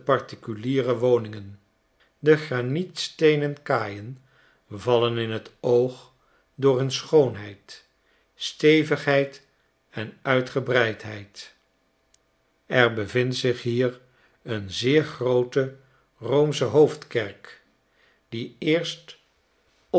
particuliere woningen de granietsteenen kaaien vallen in t oog door hun schoonheid stevigheid en uitgebreidheid er bevindt zich hier een zeer groote roomsche hoofdkerk die eerst